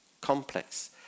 complex